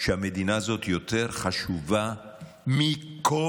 שהמדינה הזאת יותר חשובה מכל